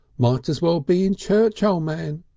might as well be in church, o' man,